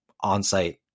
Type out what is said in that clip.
on-site